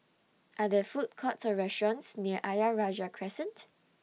Are There Food Courts Or restaurants near Ayer Rajah Crescent